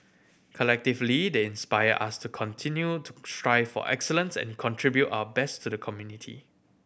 collectively they inspire us to continue to strive for excellence and contribute our best to the community